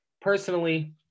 Personally